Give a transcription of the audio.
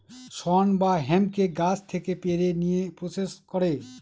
শন বা হেম্পকে গাছ থেকে পেড়ে নিয়ে প্রসেস করে